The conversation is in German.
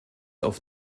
auf